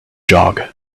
jog